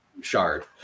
shard